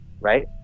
right